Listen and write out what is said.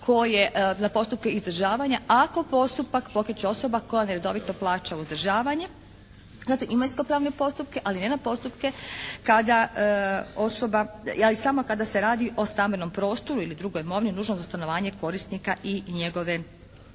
za postupke izdržavanja ako postupak pokreće osoba koja neredovito plaća uzdržavanje, zatim imovinsko pravne postupke, ali ne na postupke kada osoba, samo kada se radi o stambenom prostoru ili drugoj imovini nužno za stanovanje korisnika i njegove obitelji.